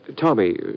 Tommy